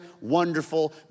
wonderful